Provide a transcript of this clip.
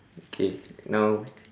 okay now